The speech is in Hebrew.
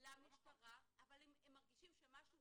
שמפחדים ללכת למשטרה אבל הם מרגישים שמשהו